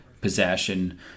possession